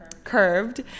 curved